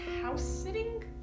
house-sitting